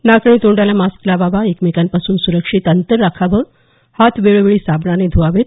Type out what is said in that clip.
नाक आणि तोंडाला मास्क लावावा एकमेकांपासून सुरक्षित अंतर राखावं हात वेळोवेळी साबणाने ध्वावेत